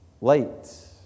light